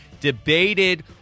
debated